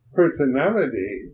personality